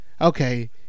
okay